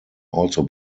also